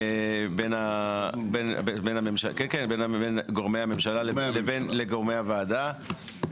כן בין גורמי הממשלה לבין לגורמי הוועדה,